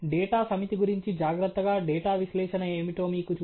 అక్కడ మేము మోడళ్ల గురించి మాట్లాడాము గణిత రూపం కాదు అవి వర్గీకరణల రూపంలో ఉన్న మోడల్ లు